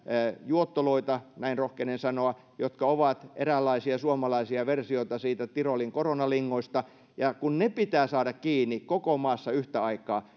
juottoloita näin rohkenen sanoa jotka ovat eräänlaisia suomalaisia versioita siitä tirolin koronalingosta ja ne pitää saada kiinni koko maassa yhtä aikaa